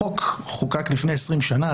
החוק חוקק לפני 20 שנה,